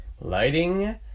Lighting